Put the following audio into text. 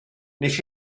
wnes